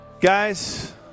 Guys